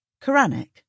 Quranic